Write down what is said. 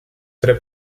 tre